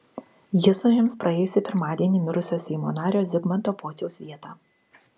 jis užims praėjusį pirmadienį mirusio seimo nario zigmanto pociaus vietą